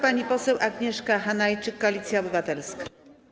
Pani poseł Agnieszka Hanajczyk, Koalicja Obywatelska.